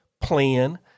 Plan